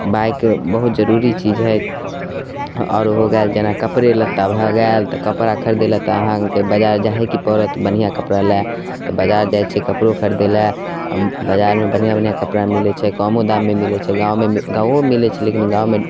bike बहुत जरूरी चीज हइ आओर हो गेल जेना कपड़े लत्ता भऽ गेल तऽ कपड़ा खरिदैले तऽ अहाँके बाजार जाहेके पड़त बढ़िआँ कपड़ाले तऽ बाजार जाइ छिए कपड़ो खरिदैले आओर बाजारमे बढ़िआँ बढ़िआँ कपड़ा मिलै छै कम्मो दाममे मिलै छै गाममे मि गामोमे मिलै छै लेकिन गाममे